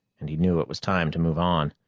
and he knew it was time to move on.